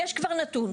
יש כבר נתון,